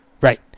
right